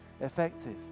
effective